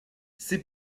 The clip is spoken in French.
c’est